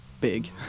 big